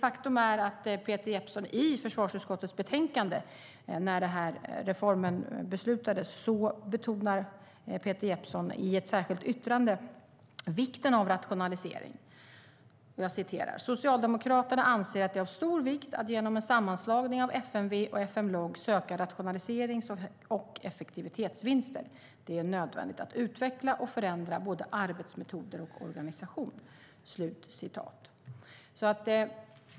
Faktum är att Peter Jeppsson i försvarsutskottets betänkande, i samband med att reformen beslutades, i ett särskilt yttrande betonar vikten av rationalisering: "Socialdemokraterna anser att det är av stor vikt att genom en sammanslagning av FMV och FM log söka rationaliserings och effektivitetsvinster. Det är nödvändigt att utveckla och förändra både arbetsmetoder och organisation."